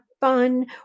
fun